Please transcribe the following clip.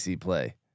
play